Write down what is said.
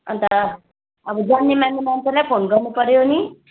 अन्त अब जान्ने मान्ने मान्छेलाई फोन गर्नु पर्यो नि